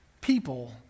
people